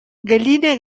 gallina